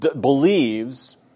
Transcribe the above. believes